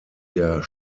der